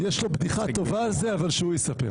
יש לו בדיחה טובה על זה, אבל שהוא יספר.